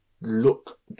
look